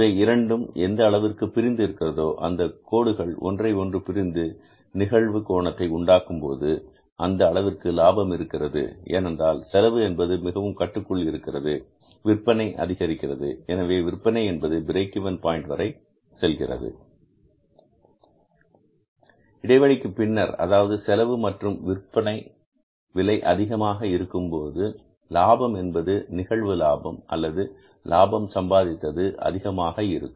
இவை இரண்டும் எந்த அளவிற்கு பிரிந்து இருக்கிறதோ அந்தக் கோடுகள் ஒன்றை ஒன்று பிரிந்து நிகழ்வு கோணத்தை உண்டாகும்போது அந்த அளவிற்கு லாபம் இருக்கிறது ஏனென்றால் செலவு என்பது மிகவும் கட்டுக்குள் இருக்கிறது விற்பனை அதிகரிக்கிறது எனவே விற்பனை என்பது பிரேக் இவென் பாயின்ட் வரை செல்கிறது இடைவெளிக்குப் பின்னர் அதாவது செலவு மற்றும் விற்பனை விலை அதிகமாக இருக்கும்போது லாபம் என்பது நிகழ்வு லாபம் அல்லது லாபம் சம்பாதித்தது அதிகமாக இருக்கும்